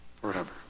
forever